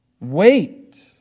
Wait